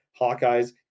Hawkeyes